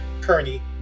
Kearney